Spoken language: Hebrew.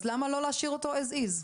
אז למה לא להשאיר אותו כמו שהוא?